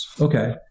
Okay